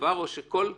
דבר כזה או שכל חקירה,